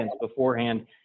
beforehand